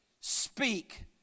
Speak